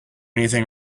anything